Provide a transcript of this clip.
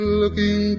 looking